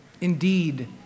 Indeed